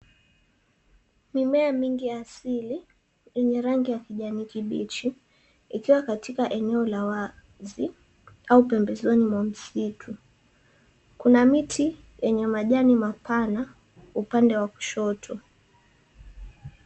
Mimea mingi ya asili yenye rangi ya kijani kibichi ikiwa katika eneo la wazi au pembezoni mwa msitu. Kuna miti yenye majani mapana upande wa kushoto.